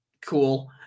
cool